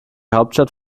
hauptstadt